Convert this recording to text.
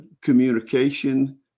communication